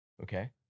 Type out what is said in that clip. Okay